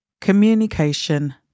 Communication